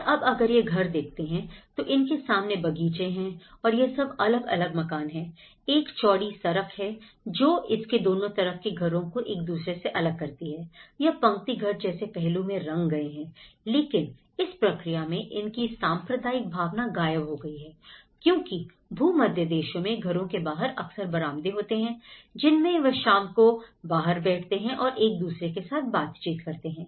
और अब अगर यह घर देखते हैं तो इनके सामने बगीचे हैं और यह सब अलग अलग मकान है एक चौड़ी सड़क है जो इसके दोनों तरफ के घरों को एक दूसरे से अलग करती है यह पंक्ति घर जैसे पहलू में रंग गए हैं लेकिन इस प्रक्रिया में इनकी सांप्रदायिक भावना गायब हो गई है क्योंकि भूमध्य देशों में घरों के बाहर अक्सर बरामदे होते हैं जिनमें वह शाम को बाहर बैठते हैं और एक दूसरे के साथ बातचीत करते हैं